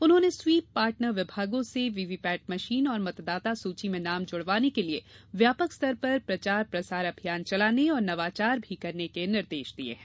उन्होंने SVEEP partner विभागों से वीवीपैट मशीन और मतदाता सूची में नाम जुड़वाने के लिये व्यापक स्तर पर प्रचार प्रसार अभियान चलाने और नवाचार भी करने के निर्देश दिये हैं